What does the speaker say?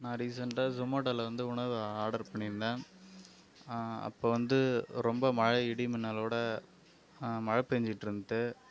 நான் ரீசெண்டாக ஸொமோட்டோவில் வந்து உணவு ஆர்டர் பண்ணியிருந்தேன் அப்போ வந்து ரொம்ப மழை இடி மின்னலோடு மழை பேய்ஞ்சிட்ருந்த்து